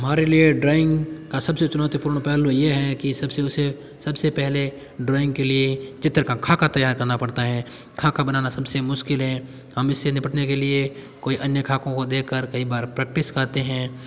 हमारे लिए ड्राइंग का सबसे चुनौतीपूर्ण पहलू ये है कि सबसे उसे सबसे पहले ड्राॅइंग के लिए चित्र का खाका तैयार करना पड़ता है खाका बनाना सबसे मुश्किल है हम इससे निपटने के लिए कोई अन्य खाकों को देखकर कई बार प्रैक्टिस करते हैं